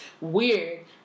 weird